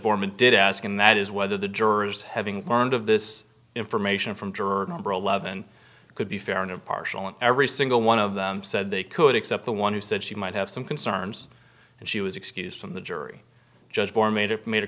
foreman did ask and that is whether the jurors having learned of this information from juror number eleven could be fair and impartial in every single one of them said they could except the one who said she might have some concerns and she was excused from the jury judge